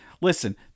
listen